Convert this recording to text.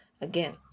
again